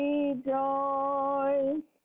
Rejoice